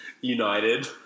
United